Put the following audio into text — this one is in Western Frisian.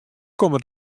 komme